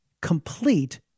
complete